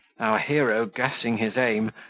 our hero, guessing his aim,